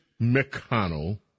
McConnell